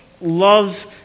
loves